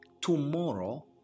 Tomorrow